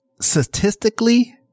statistically